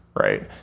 Right